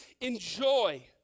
Enjoy